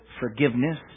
forgiveness